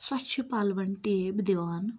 سۄ چھِ پَلوَن ٹیب دِوان